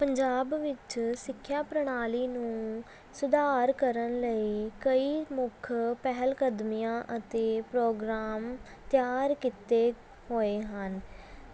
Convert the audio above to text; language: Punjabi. ਪੰਜਾਬ ਵਿੱਚ ਸਿੱਖਿਆ ਪ੍ਰਣਾਲੀ ਨੂੰ ਸੁਧਾਰ ਕਰਨ ਲਈ ਕਈ ਮੁੱਖ ਪਹਿਲ ਕਦਮੀਆਂ ਅਤੇ ਪ੍ਰੋਗਰਾਮ ਤਿਆਰ ਕੀਤੇ ਹੋਏ ਹਨ